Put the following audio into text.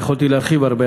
יכולתי להרחיב הרבה,